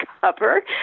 cover